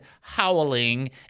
howling